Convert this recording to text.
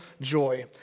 joy